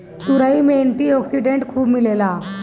तुरई में antioxidant खूब मिलेला